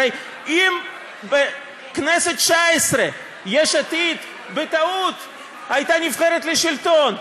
הרי אם בכנסת התשע-עשרה יש עתיד בטעות הייתה נבחרת לשלטון,